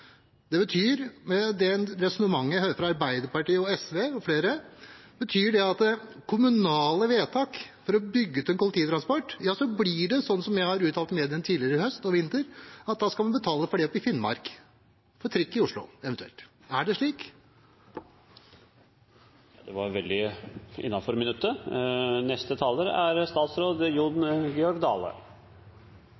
Med det resonnementet jeg hører fra Arbeiderpartiet og SV og flere, betyr det at når det gjelder kommunale vedtak for å bygge ut kollektivtransport, så blir det sånn, som jeg har uttalt til mediene tidligere i høst og i vinter, at da skal man, eventuelt, betale for det oppe i Finnmark, for trikk i Oslo. Er det slik?